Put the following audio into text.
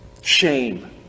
shame